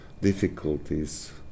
difficulties